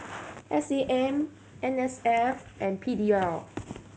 S A M N S F and P D L